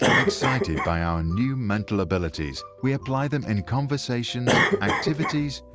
excited by our new mental abilities, we apply them in conversations, activities,